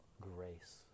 grace